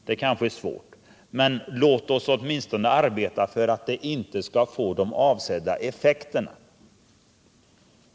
Det är kanske svårt, men låt oss åtminstone arbeta för att det inte skall få de avsedda effekterna.